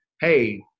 hey